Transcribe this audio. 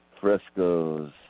frescoes